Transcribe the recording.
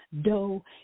dough